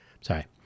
Sorry